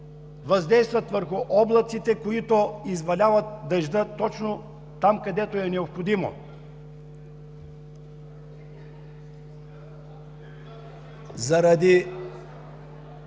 въздействат върху облаците, които изваляват дъжда точно там, където е необходимо? Заради